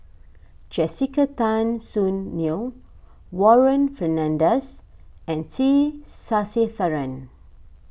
Jessica Tan Soon Neo Warren Fernandez and T Sasitharan